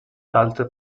alte